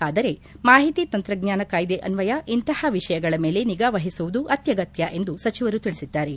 ಆದರೆ ಮಾಹಿತಿ ತಂತ್ರಜ್ಞಾನ ಕಾಯ್ದೆ ಅನ್ವಯ ಇಂತಹ ವಿಷಯಗಳ ಮೇಲೆ ನಿಗಾ ವಹಿಸುವುದು ಅತ್ಯಗತ್ಯ ಎಂದು ಸಚಿವರು ತಿಳಿಸಿದ್ದಾರೆ